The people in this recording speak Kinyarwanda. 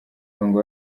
muhango